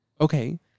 Okay